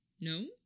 No